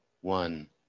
one